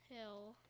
Hill